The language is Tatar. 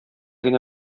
генә